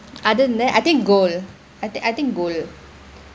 other than that I think gold I I think gold